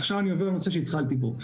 עכשיו אני עובר לנושא שהתחלתי בו.